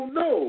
no